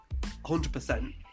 100%